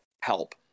help